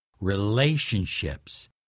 relationships